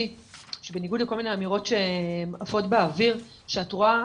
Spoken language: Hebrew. שבניגוד לכל מיני אמירות שעפות באוויר שאת רואה